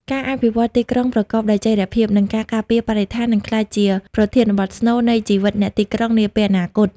ការអភិវឌ្ឍទីក្រុងប្រកបដោយចីរភាព និងការការពារបរិស្ថាន នឹងក្លាយជាប្រធានបទស្នូលនៃជីវិតអ្នកទីក្រុងនាពេលអនាគត។